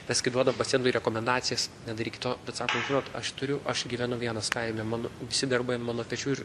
mes kai duodam pacientui rekomendacijas nedarykit to bet sako žinot aš turiu aš gyvenu vienas kaime mano visi darbai ant mano pečių ir